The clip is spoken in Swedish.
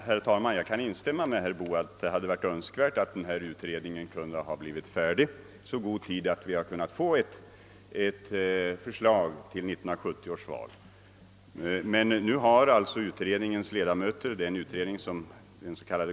Herr talman! Jag kan instämma med herr Boo i att det hade varit önskvärt att utredningen blivit färdig i så god tid att vi kunnat få ett beslut före 1970 års val.